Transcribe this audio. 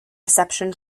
reception